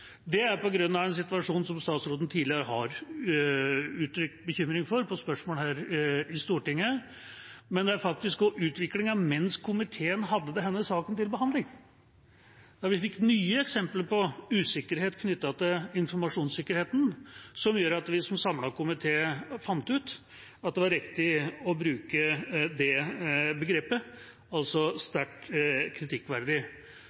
på grunn av en situasjon som statsråden tidligere har uttrykt bekymring for, etter spørsmål her i Stortinget, men også utviklingen mens komiteen hadde denne saken til behandling, da vi fikk nye eksempler på usikkerhet knyttet til informasjonssikkerheten, som gjorde at en samlet komité fant ut at det var riktig å bruke begrepet